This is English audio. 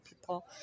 people